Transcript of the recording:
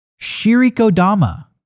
shirikodama